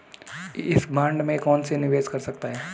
इस बॉन्ड में कौन निवेश कर सकता है?